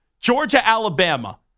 Georgia-Alabama